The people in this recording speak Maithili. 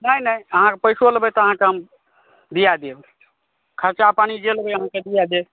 नहि नहि अहाँ पैसो लेबै तऽ अहाँके हम दिया देब खर्चा पानि जे लेबै अहाँके हम दिया देब